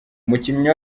umukinnyi